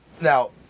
now